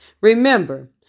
Remember